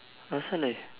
asal ni